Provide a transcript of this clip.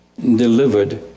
delivered